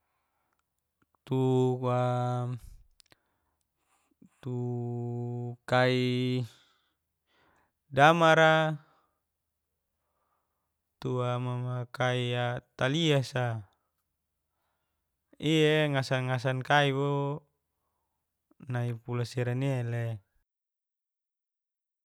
Tua kai damara, tua kai tali'yasa. Iye'e ngasan-ngasan kai wo, nai pula seran ne'le.